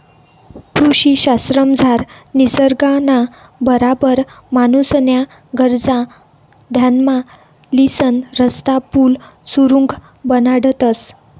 कृषी शास्त्रमझार निसर्गना बराबर माणूसन्या गरजा ध्यानमा लिसन रस्ता, पुल, सुरुंग बनाडतंस